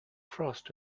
frost